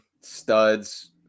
studs